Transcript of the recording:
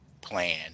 plan